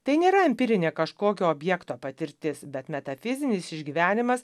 tai nėra empirinė kažkokio objekto patirtis bet metafizinis išgyvenimas